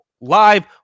live